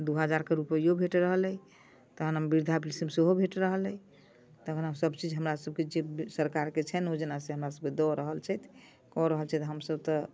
दू हजारके रूपैयो भेट रहल अइ तहन वृद्धा पेंसन सेहो भेट रहल अइ तहन आब सब चीज हमरा सबके जे सरकारके छनि योजना से हमरा सबके दऽ रहल छथि कऽ रहल छथि हमसब तऽ